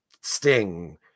sting